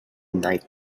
night